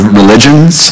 religions